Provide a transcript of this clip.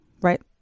Right